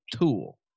tool